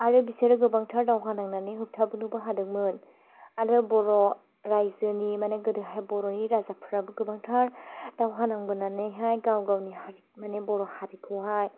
आरो बिसोरो गोबांथार दावहा नांनानै होबथाबोनोबो हादोंमोन आरो बर' रायजोनि माने गोदोहाय बर'नि राजाफ्रा गोबांथार दावहा नांबोनानै हाय गाव गावनि हारि माने बर' हारिखौ हाय